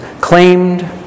claimed